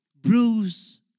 Bruise